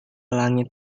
langit